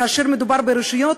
כאשר מדובר ברשויות,